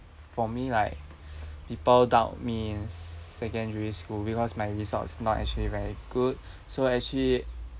for me like people doubt me in secondary school because my results not actually very good so actually